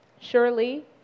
Surely